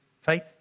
faith